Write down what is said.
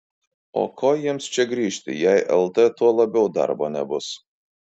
o ko jiems čia grįžti jei lt tuo labiau darbo nebus